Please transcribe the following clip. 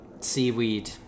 seaweed